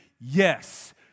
Yes